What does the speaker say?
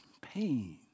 pain